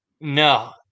No